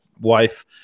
wife